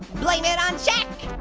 blame it on shaq